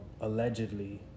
allegedly